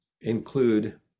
include